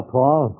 Paul